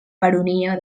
baronia